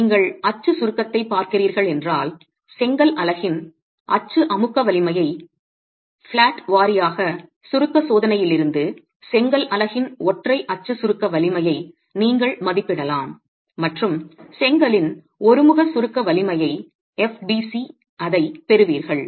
நீங்கள் அச்சு சுருக்கத்தைப் பார்க்கிறீர்கள் என்றால் செங்கல் அலகின் அச்சு அமுக்க வலிமையை பிளாட் வாரியான சுருக்க சோதனையில் இருந்து செங்கல் அலகின் ஒற்றை அச்சு சுருக்க வலிமையை நீங்கள் மதிப்பிடலாம் மற்றும் செங்கலின் ஒருமுக சுருக்க வலிமையை fbc பெறுவீர்கள்